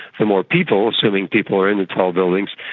the more people, assuming people are in the tall buildings,